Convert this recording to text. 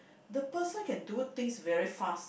the person can do things very fast